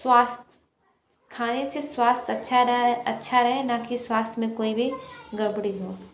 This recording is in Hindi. स्वास्थ खाने से स्वास्थ अच्छा रहे अच्छा रहे न की स्वास्थ्य में कोई भी गड़बड़ी हो